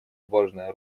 важная